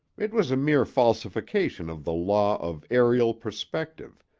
it was a mere falsification of the law of aerial perspective,